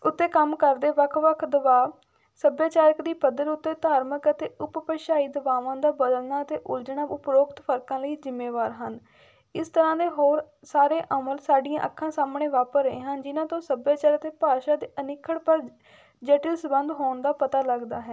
ਉੱਤੇ ਕੰਮ ਕਰਦੇ ਵੱਖ ਵੱਖ ਦਬਾਵ ਸੱਭਿਆਚਾਰਕ ਦੀ ਪੱਧਰ ਉੱਤੇ ਧਾਰਮਿਕ ਅਤੇ ਉਪਭਾਸ਼ਾਈ ਦਬਾਵਾਂ ਦਾ ਬਦਲਣਾ ਅਤੇ ਉਲਝਣਾ ਉਪਰੋਕਤ ਫਰਕਾਂ ਲਈ ਜ਼ਿੰਮੇਵਾਰ ਹਨ ਇਸ ਤਰ੍ਹਾਂ ਦੇ ਹੋਰ ਸਾਰੇ ਅਮਲ ਸਾਡੀਆਂ ਅੱਖਾਂ ਸਾਹਮਣੇ ਵਾਪਰ ਰਹੇ ਹਨ ਜਿਨਾਂ ਤੋਂ ਸੱਭਿਆਚਾਰ ਅਤੇ ਭਾਸ਼ਾ ਦੇ ਅਨਿੱਖੜ ਪਰ ਜਟਿਲ ਸੰਬੰਧ ਹੋਣ ਦਾ ਪਤਾ ਲੱਗਦਾ ਹੈ